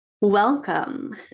Welcome